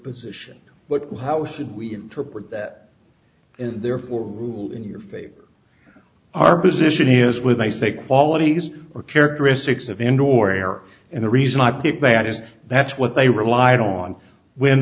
position but how should we interpret that and therefore rule in your favor our position is when they say qualities or characteristics of indoor air and the reason i picked that is that's what they relied on when